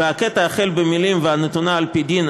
והקטע החל במילים "והנתונה על פי דין"